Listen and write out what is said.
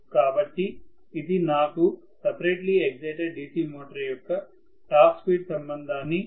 కాబట్టి ఇది నాకు సపరేట్లీ ఎగ్జైటెడ్ DC మోటారు యొక్క టార్క్ స్పీడ్ సంబంధాన్ని ఇస్తుంది